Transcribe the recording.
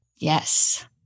yes